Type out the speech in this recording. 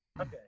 Okay